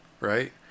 right